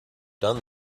done